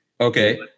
okay